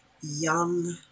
young